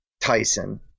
Tyson